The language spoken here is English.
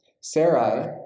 Sarai